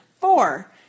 Four